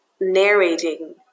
narrating